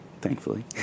thankfully